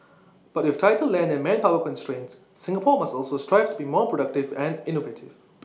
but with tighter land and manpower constraints Singapore must also strive to be more productive and innovative